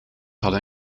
hadden